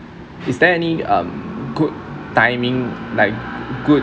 is there any um good timing like good